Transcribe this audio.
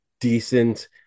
decent